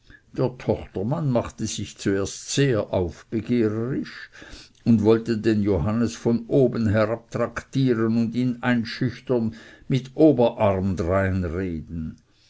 der tochtermann machte sich zuerst sehr aufbegehrisch und wollte den johannes von oben herab traktieren und ihn einschüchtern mit oberarm dreinreden